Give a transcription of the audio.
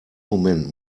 moment